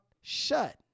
shut